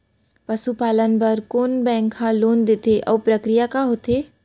पसु पालन बर कोन बैंक ह लोन देथे अऊ प्रक्रिया का होथे?